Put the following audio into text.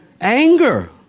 Anger